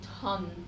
ton